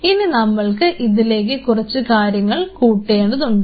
ഇനി നമ്മൾക്ക് ഇതിലേക്ക് കുറച്ച് കാര്യങ്ങൾ കൂട്ടേണ്ടതുണ്ട്